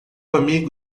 amigo